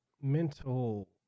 mental